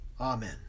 Amen